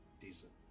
decent